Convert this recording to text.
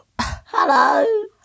Hello